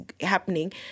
happening